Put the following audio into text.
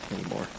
anymore